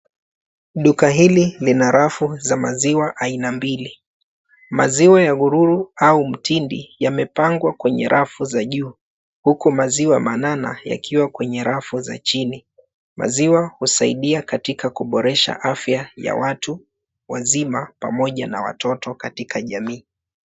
Duka hili lina rafu za maziwa aina mbili. Maziwa ya gururu au mtindi yamepangwa kwenye rafu za juu, huku maziwa manana yakiwa kwenye rafu za chini. Maziwa husaidia katika kuboresha afya ya watu wazima pamoja na watoto katika jamii.